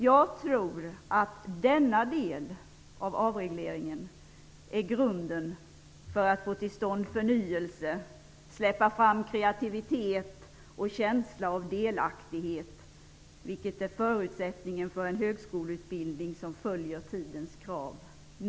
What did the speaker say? Jag tror att denna del av avregleringen är grunden för att få till stånd förnyelse och för att släppa fram kreativitet och känsla av delaktighet, vilket är förutsättningarna för en högskoleutbildning som följer tidens krav.